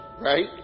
right